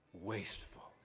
wasteful